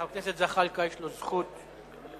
חבר הכנסת זחאלקה, יש לו זכות התגובה.